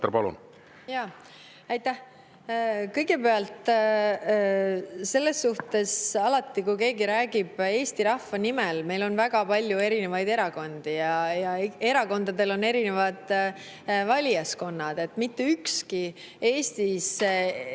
… Aitäh! Kõigepealt, alati, kui keegi räägib eesti rahva nimel … Meil on väga palju erinevaid erakondi ja erakondadel on erinevad valijaskonnad. Mitte ükski Eestis